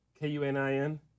K-U-N-I-N